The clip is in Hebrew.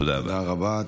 תודה רבה.